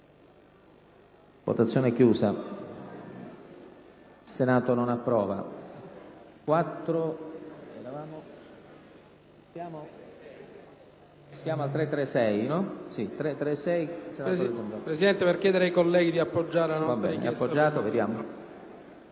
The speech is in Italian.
votazione). Il Senato non approva.